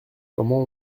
comment